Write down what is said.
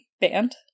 band